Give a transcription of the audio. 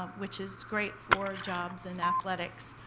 ah which is great for jobs and athletics,